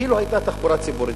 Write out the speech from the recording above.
אילו היתה תחבורה ציבורית,